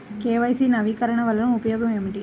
KYC నవీకరణ వలన ఉపయోగం ఏమిటీ?